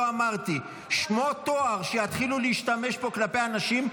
אמרתי": שמות תואר שיתחילו להשתמש פה כלפי אנשים,